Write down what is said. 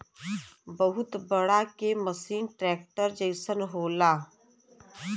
बहुत बड़ा के मसीन ट्रेक्टर जइसन होला